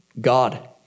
God